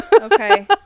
Okay